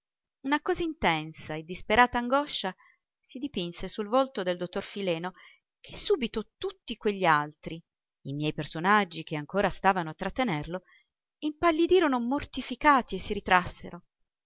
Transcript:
una così intensa e disperata angoscia si dipinse sul volto del dottor fileno che subito tutti quegli altri i miei personaggi che ancora stavano a trattenerlo impallidirono mortificati e si ritrassero